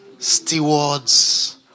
Stewards